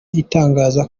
itangaza